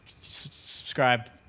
subscribe